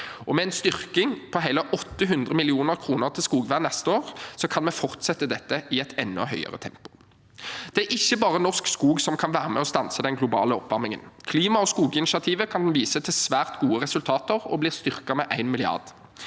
Med en styrkning på hele 800 mill. kr til skogvern neste år kan vi fortsette dette i enda høyere tempo. Det er ikke bare norsk skog som kan være med og stanse den globale oppvarmingen. Klima- og skoginitiativet kan vise til svært gode resultater og blir styrket med 1 mrd.